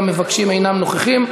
המבקשים אינם נוכחים,